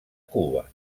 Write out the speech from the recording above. cuba